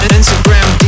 Instagram